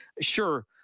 Sure